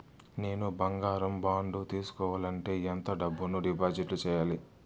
నేను బంగారం బాండు తీసుకోవాలంటే ఎంత డబ్బును డిపాజిట్లు సేయాలి?